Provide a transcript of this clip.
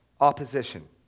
opposition